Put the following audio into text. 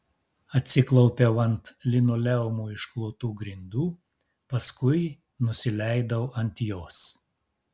atsiklaupiau ant linoleumu išklotų grindų paskui nusileidau ant jos